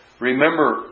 Remember